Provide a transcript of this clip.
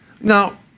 Now